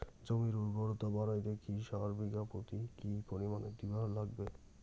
জমির উর্বরতা বাড়াইতে কি সার বিঘা প্রতি কি পরিমাণে দিবার লাগবে?